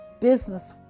business